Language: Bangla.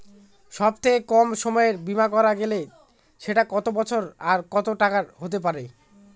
সব থেকে কম সময়ের বীমা করা গেলে সেটা কত বছর আর কত টাকার হতে পারে?